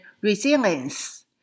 Resilience